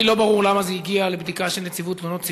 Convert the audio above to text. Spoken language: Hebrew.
לי לא ברור למה זה הגיע לבדיקה של נציבות תלונות ציבור.